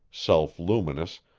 self-luminous,